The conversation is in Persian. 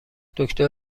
دکتر